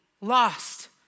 lost